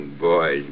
Boy